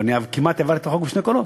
אבל כמעט העברתי את החוק, בשני קולות.